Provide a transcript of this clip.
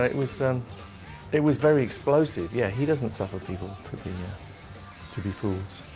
it was so it was very explosive. yeah, he doesn't suffer people to be yeah to be fools.